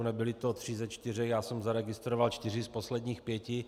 Nebyli to tři ze čtyř, já jsem zaregistroval čtyři z posledních pěti.